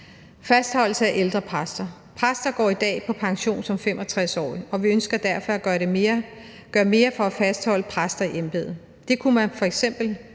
fastholde ældre præster. Præster går i dag på pension som 65-årige, og vi ønsker derfor at gøre mere for at fastholde præster i embedet. Det kunne man f.eks.